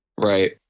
Right